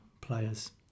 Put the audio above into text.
players